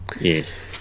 Yes